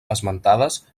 esmentades